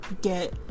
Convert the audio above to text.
get